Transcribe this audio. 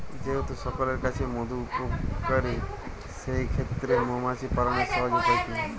যেহেতু সকলের কাছেই মধু উপকারী সেই ক্ষেত্রে মৌমাছি পালনের সহজ উপায় কি?